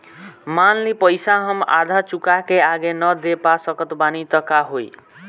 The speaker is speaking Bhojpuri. मान ली पईसा हम आधा चुका के आगे न दे पा सकत बानी त का होई?